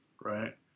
Right